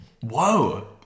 Whoa